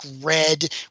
red